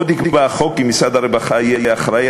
עוד יקבע החוק כי משרד הרווחה יהיה אחראי